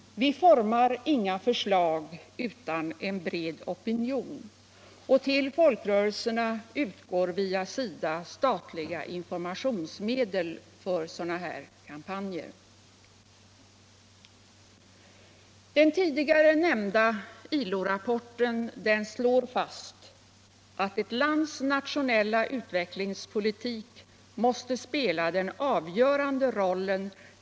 Vi formar inga förslag utan en bred opinion. Till folkrörelserna utgår via SIDA statliga informationsmedel för sådana kampanjer. Den tidigare nämnda ILO-rapporten slår fast ”att ett lands nationella utvecklingspolitik måste spela den avgörande rollen.